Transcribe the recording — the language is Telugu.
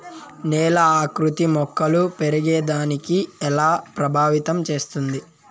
నేల ఆకృతి మొక్కలు పెరిగేదాన్ని ఎలా ప్రభావితం చేస్తుంది?